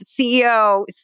CEO